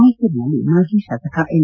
ಮೈಸೂರಿನಲ್ಲಿ ಮಾಜಿ ಶಾಸಕ ಎಂ